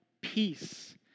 peace